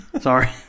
Sorry